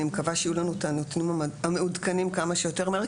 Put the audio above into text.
אני מקווה שיהיו לנו את הנתונים המעודכנים כמה שיותר מהר,